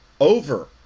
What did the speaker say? over